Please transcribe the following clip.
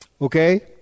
okay